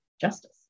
justice